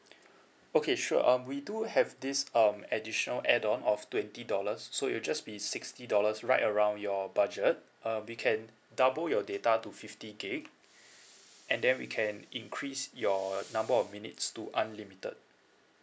okay sure um we do have this um additional add on of twenty dollars so it'll just be sixty dollars right around your budget uh we can double your data to fifty gig and then we can increase your number of minutes to unlimited